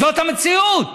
זאת המציאות.